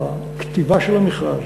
הכתיבה של המכרז,